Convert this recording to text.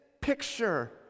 picture